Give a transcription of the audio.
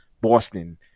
Boston